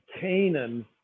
Canaan